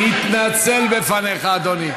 מתנצל בפניך, אדוני.